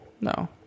No